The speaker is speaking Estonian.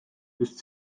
just